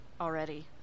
already